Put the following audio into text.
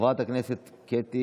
חברת הכנסת מיכל שיר סגמן,